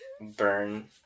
burn